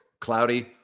cloudy